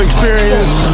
Experience